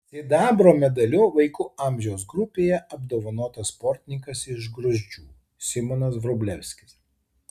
sidabro medaliu vaikų amžiaus grupėje apdovanotas sportininkas iš gruzdžių simonas vrublevskis